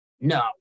no